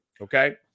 Okay